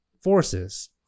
forces